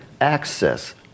access